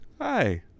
hi